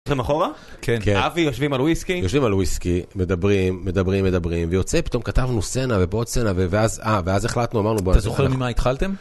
אחורה כן אבי יושבים על וויסקי יושבים על וויסקי מדברים מדברים מדברים ויוצא פתאום כתבנו סצנה ועד סצנה ואז אה ואז החלטנו אמרנו בוא נתחיל.